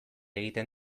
egiten